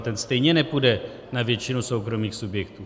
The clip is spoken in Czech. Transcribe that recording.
Ten stejně nepůjde na většinu soukromých subjektů.